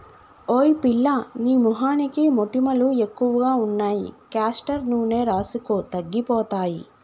ఓయ్ పిల్లా నీ మొహానికి మొటిమలు ఎక్కువగా ఉన్నాయి కాస్టర్ నూనె రాసుకో తగ్గిపోతాయి